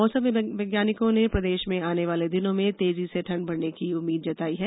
मौसम वैज्ञानिकों ने प्रदेश में ैआने वाले दिनों में तेजी से ठंड बढने उम्मीद जताई है